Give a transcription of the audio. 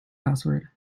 password